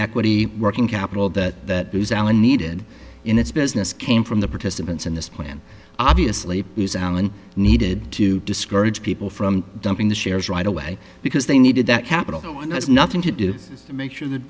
equity working capital that that was alan needed in its business came from the participants in this plan obviously use alan needed to discourage people from dumping the shares right away because they needed that capital has nothing to do to make sure that